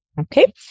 Okay